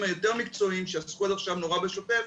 היותר מקצועיים שעסקו עד עכשיו בשוטף,